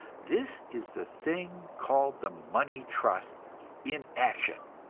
this is the thing called the money trust in action,